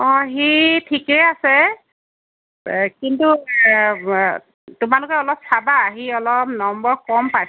অঁ সি ঠিকেই আছে কিন্তু তোমালোকে অলপ চাবা সি অলপ নম্বৰ কম পাইছে